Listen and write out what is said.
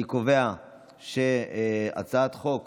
אני קובע שהצעת חוק